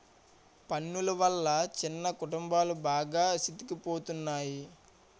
పన్నులు వల్ల చిన్న కుటుంబాలు బాగా సితికిపోతున్నాయి